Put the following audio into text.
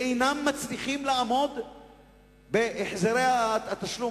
ואינם מצליחים לעמוד בהחזרי התשלום.